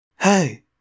Hey